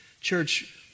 church